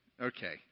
okay